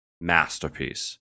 masterpiece